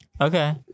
Okay